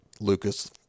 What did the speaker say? Lucas